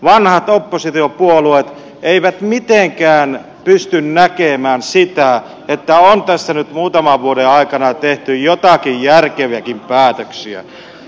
vanhat oppositiopuolueet eivät mitenkään pysty näkemään sitä että on tässä nyt muutaman vuoden aikana tehty joitakin järkeviäkin päätöksiä